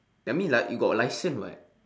ya I mean li~ you got license [what]